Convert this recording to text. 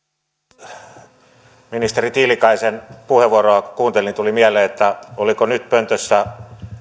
arvoisa puhemies ministeri tiilikaisen puheenvuoroa kun kuuntelin niin tuli mieleen että oliko nyt pöntössä